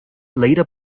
later